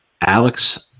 alex